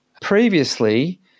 Previously